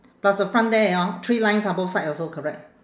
plus the front there three lines ah both side also correct